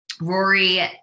Rory